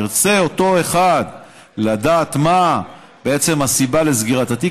ירצה אותו אחד לדעת מה בעצם הסיבה לסגירת התיק,